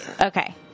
Okay